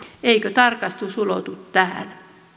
eikö tarkastus ulotu tähän